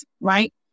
right